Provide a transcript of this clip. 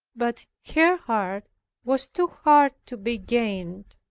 but her heart was too hard to be gained.